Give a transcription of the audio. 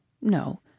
No